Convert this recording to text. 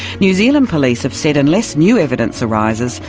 new zealand police have said unless new evidence arises,